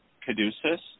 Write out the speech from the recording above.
Caduceus